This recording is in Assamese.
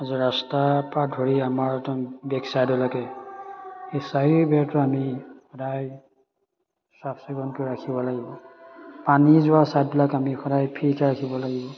আজি ৰাস্তা পা ধৰি আমাৰ একদম বেকছাইডলৈকে সেই চাৰি বেৰটো আমি সদায় চাফ চিকুণকৈ ৰাখিব লাগিব পানী যোৱা ছাইডবিলাক আমি সদায় ফ্ৰীকে ৰাখিব লাগিব